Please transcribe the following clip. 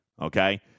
Okay